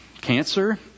cancer